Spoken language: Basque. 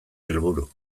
helburu